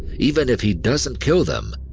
even if he doesn't kill them,